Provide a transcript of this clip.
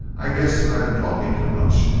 i guess i been talking too much.